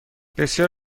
بسیار